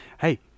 Hey